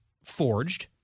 forged